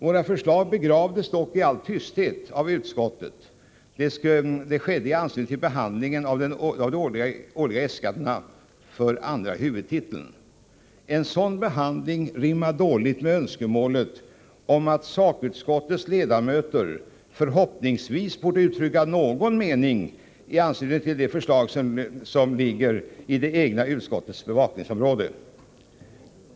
Våra förslag begravdes dock i all tysthet av utskottet. Det skedde i anslutning till behandlingen av de årliga äskandena för andra huvudtiteln. Detta rimmar illa med önskemålet att sakutskottens ledamöter förhopp ningsvis borde uttrycka någon mening i anslutning till de förslag som ligger inom det egna utskottets bevakningsområde.